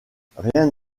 rien